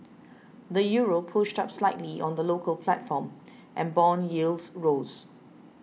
the Euro pushed up slightly on the local platform and bond yields rose